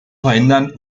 verhindern